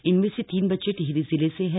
इनमें से तीन बच्चे टिहरी जिले से हैं